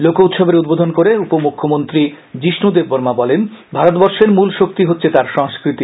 লোক উৎসবের উদ্বোধন করে উপমুখ্যমন্ত্রী যিষ্ণ দেববর্মা বলেন ভারতবর্ষের মূল শক্তি হচ্ছে তার সংস্কৃতি